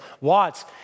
Watts